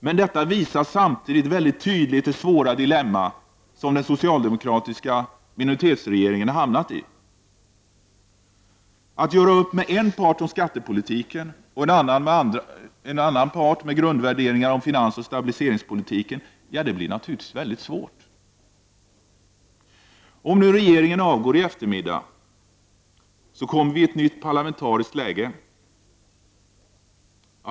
Men detta visar samtidigt väldigt tydligt det svåra dilemma den socialdemokratiska minoritetsregeringen har hamnat i. Att göra upp med en part om skattepolitiken och med en annan, med andra grundvärderingar, om finansoch stabiliseringspolitiken blir naturligtvis mycket svårt. Om nu regeringen avgår i eftermiddag, kommer vi i ett nytt parlamenta riskt läge.